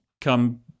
come